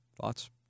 Thoughts